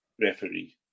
referee